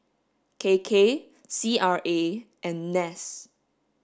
K K C R A and NAS